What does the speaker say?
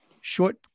short